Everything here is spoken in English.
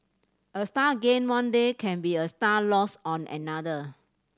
a star gained one day can be a star lost on another